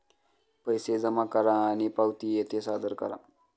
पैसे जमा करा आणि पावती येथे सादर करा